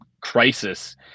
crisis